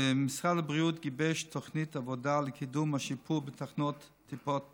משרד הבריאות גיבש תוכנית עבודה לקידום השיפור בתחנות טיפות חלב.